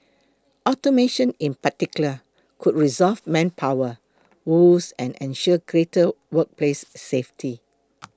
automation in particular could resolve manpower woes and ensure greater workplace safety